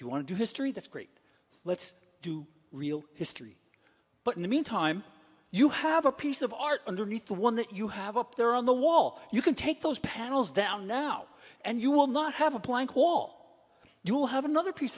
you want to do history that's great let's do real history but in the meantime you have a piece of art underneath the one that you have up there on the wall you can take those panels down now and you will not have a blank wall you'll have another piece